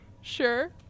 Sure